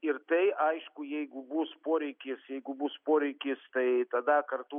ir tai aišku jeigu bus poreikis jeigu bus poreikis tai tada kartu